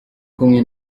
kumwe